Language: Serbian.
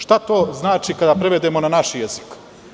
Šta to znači kada prevedemo na naš jezik?